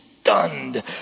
stunned